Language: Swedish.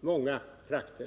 många trakter.